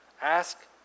ask